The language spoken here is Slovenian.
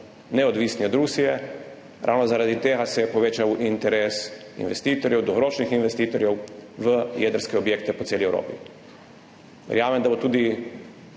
neodvisni od Rusije. Ravno zaradi tega se je povečal interes dolgoročnih investitorjev v jedrske objekte po celi Evropi. Verjamem, da bo tudi